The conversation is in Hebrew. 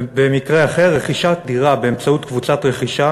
ובמקרה אחר: רכישת דירה באמצעות קבוצת רכישה